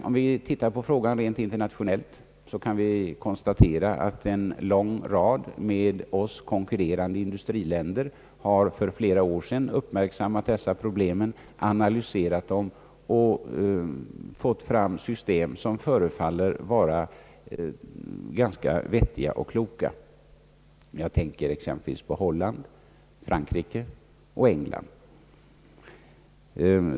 Om vi ser på frågan rent internationellt kan vi konstatera att en lång rad med oss konkurrerande industriländer för flera år sedan har uppmärksammat dessa problem, analyserat dem och fått fram system som förefaller vara ganska vettiga och kloka. Jag tänker exempelvis på Holland, Frankrike och England.